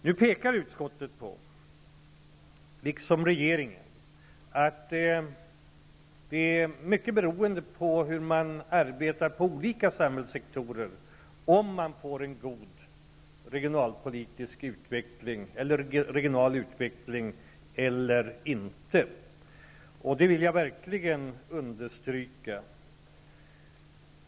Nu pekar utskottet på, liksom regeringen, att det är mycket beroende på hur man arbetar inom olika samhällssektorer, om man får en god regional utveckling eller inte, och det vill jag verkligen understryka.